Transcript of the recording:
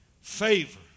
Favor